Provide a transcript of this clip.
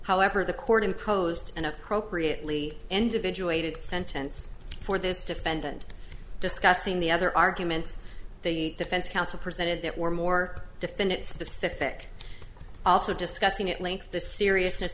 however the court imposed an appropriately individuated sentence for this defendant discussing the other arguments the defense counsel presented that were more defendant specific also discussing at length the seriousness